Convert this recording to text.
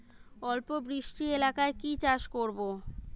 অল্প বৃষ্টি এলাকায় কি চাষ করব?